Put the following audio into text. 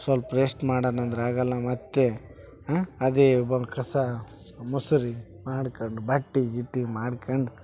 ಸ್ವಲ್ಪ್ ರೆಸ್ಟ್ ಮಾಡಣ್ ಅಂದರೆ ಆಗೋಲ್ಲ ಮತ್ತೆ ಅದೇ ಬಂದು ಕಸ ಮುಸ್ರೆ ಮಾಡ್ಕಂಡು ಬಟ್ಟೆ ಗಿಟ್ಟೆ ಮಾಡ್ಕಂಡು